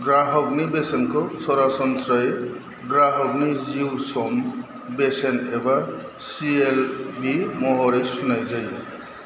ग्राहकनि बेसेनखौ सरासनस्रायै ग्राहकनि जिउ सम बेसेन एबा सिएलबि महरै सुनाय जायो